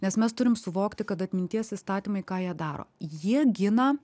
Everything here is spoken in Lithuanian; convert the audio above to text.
nes mes turim suvokti kad atminties įstatymai ką jie daro jie gina